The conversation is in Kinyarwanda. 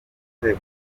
nzego